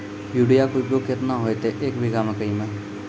Urea के उपयोग केतना होइतै, एक बीघा मकई मे?